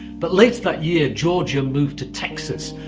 but later that year georgia moved to texas,